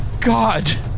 God